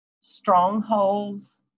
strongholds